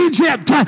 Egypt